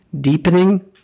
deepening